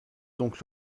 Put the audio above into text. donc